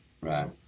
Right